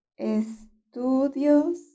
estudios